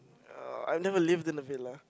oh I never lived in a villa